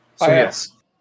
yes